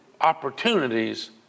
opportunities